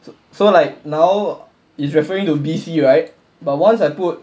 so so like now it's referring to B C right but once I put